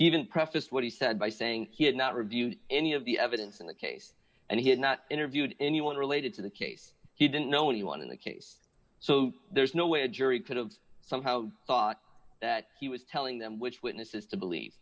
prefaced what he said by saying he had not reviewed any of the evidence in the case and he had not interviewed anyone related to the case he didn't know anyone in the case so there's no way a jury could have somehow thought that he was telling them which witnesses to believe